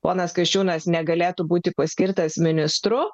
ponas kasčiūnas negalėtų būti paskirtas ministru